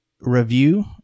review